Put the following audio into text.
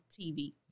TV